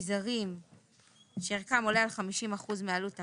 אביזרים שערכם עולה על 50 אחוזים מעלות הרכב,